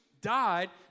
died